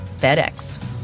FedEx